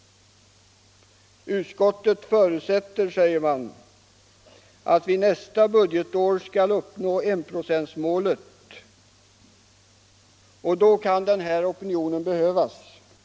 Utskottet förutsätter att vi nästa budgetår skall uppnå enprocentsmålet, och då kan denna opinion behövas.